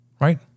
right